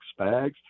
Spags